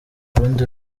rundi